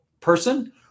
person